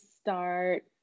start